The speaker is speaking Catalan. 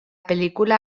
pel·lícula